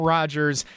Rodgers